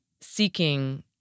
seeking